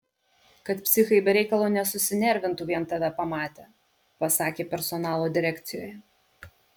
kad psichai be reikalo nesusinervintų vien tave pamatę pasakė personalo direkcijoje